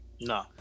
No